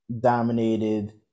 dominated